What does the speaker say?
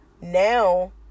Now